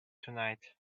tonight